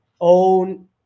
own